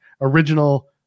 original